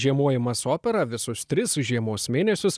žiemojimas su opera visus tris žiemos mėnesius